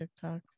TikTok